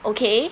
okay